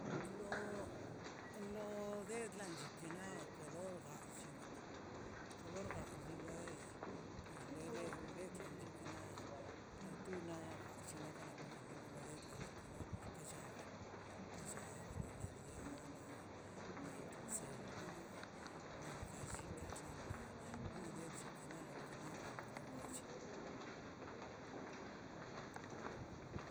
Lo lo dend lan llichikina kolor wa lliwa kolor gayi le pues le den naki na la tu na llinakan la na to bsedi wala nadika nllicha laga legui nada kolor bachi.